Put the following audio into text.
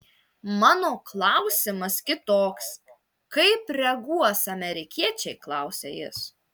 mano klausimas kitoks kaip reaguos amerikiečiai klausia jis